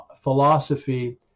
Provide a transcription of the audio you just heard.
philosophy